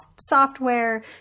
software